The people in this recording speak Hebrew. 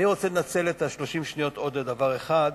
אני רוצה לנצל את 30 השניות שנותרו לי לדבר נוסף,